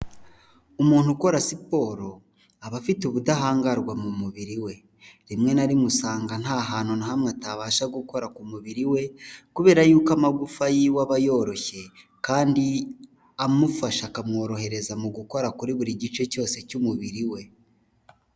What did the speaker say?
Umuntu ukora siporo, aba afite ubudahangarwa mu mubiri we, rimwe na rimwe usanga nta hantu na hamwe atabasha gukora ku mubiri we, kubera yuko amagufa yiwe aba yoroshye kandi amufasha, akamworohereza mu gukora kuri buri gice cyose cy'umubiri we.